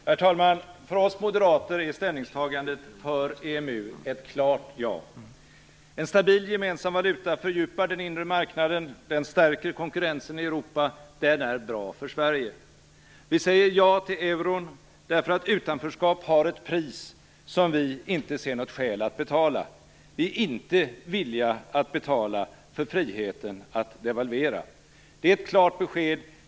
Herr talman! För oss moderater är ställningstagandet för EMU ett klart ja. En stabil gemensam valuta fördjupar den inre marknaden. Den stärker konkurrensen i Europa. Den är bra för Sverige. Vi säger ja till euron därför att utanförskap har ett pris som vi inte ser något skäl att betala. Vi är inte villiga att betala för friheten att devalvera. Det är ett klart besked.